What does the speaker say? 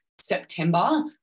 September